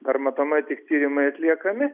dar matomai tik tyrimai atliekami